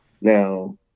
Now